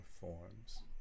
forms